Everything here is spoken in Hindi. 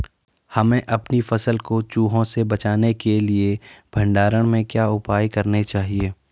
हमें अपनी फसल को चूहों से बचाने के लिए भंडारण में क्या उपाय करने चाहिए?